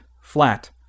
flat